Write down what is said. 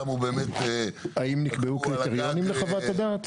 שמו באמת --- האם נקבעו קריטריונים לחוות הדעת?